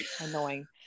annoying